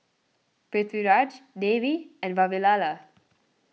Pritiviraj Devi and Vavilala